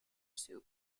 soup